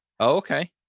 Okay